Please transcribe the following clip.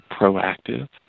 proactive